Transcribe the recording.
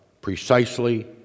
precisely